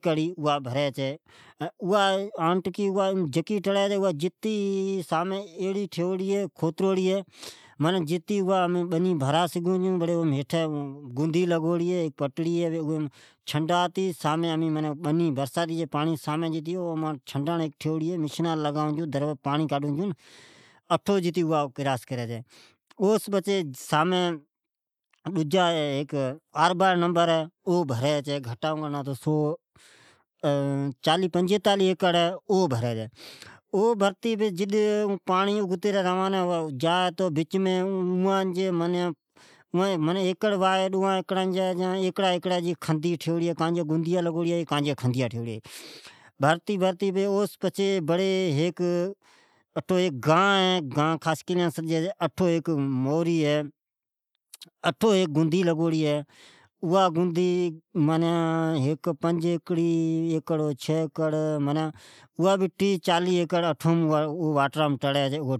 اوا ڈس ایکڑ بھراوی چھے۔ پچھے اوا ازیڑی ٹھیہوڑی جکو جکی جاءچھے اگھتے ھیک پٹڑی اوی چھے او ھیٹے گیدی لگوڑی ھے ، پچھے اوا آیٹکی جکو چھنڈڑ جی کام آوی چھے اوا جکی جتے اٹھے امین برساتے جی پانڑی چھڈائون چھون اٹھو امین مسنا ڈجیا لگائون چھون ۔اٹھو نکری چھی ۔ اوس پچھے عاربا جا نمبر ھے او بھری چھے۔ گھٹام گھٹ چالے پنجاتیلے ایکڑ بھرائی چھے۔ اوان جیا ایکرا ایکڑا جیا کھندیا ائین کان جیا گندیا لگوڑیا ھے۔ این پچھے اوا جا چھے اگتے ھئک گائن ھے خاصخیلی جی گی اٹھو بھے گندی لگوڑی ھی۔ اوس پچھے اگتے پنج ایکری پانچ ائین ھیک چھے ایکڑ۔ منعی ٹی چالے ایکڑ بھری چھے اوا اٹھو مین ٹڑی چھے۔